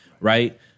Right